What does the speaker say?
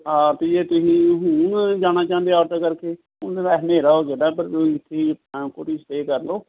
ਹਾਂ ਤੁਸੀਂ ਜੇ ਤੁਸੀਂ ਹੁਣ ਜਾਣਾ ਚਾਹੁੰਦੇ ਆਟੋ ਕਰਕੇ ਹੁਣ ਵੈਸੇ ਹਨੇਰਾ ਹੋ ਜਾਣਾ ਪਰ ਤੁਸੀਂ ਪਠਾਨਕੋਟ ਹੀ ਸਟੇਅ ਕਰ ਲਿਓ